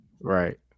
Right